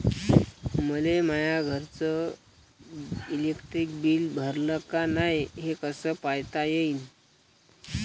मले माया घरचं इलेक्ट्रिक बिल भरलं का नाय, हे कस पायता येईन?